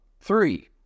three